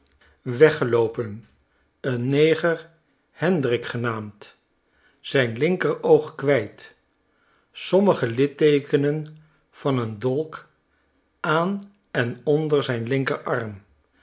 weggeloopen een neger hendrik genaamd zijn linkeroog kwijt sommige litteekenen van een dolk aan en onder zijn linkerarm